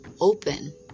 open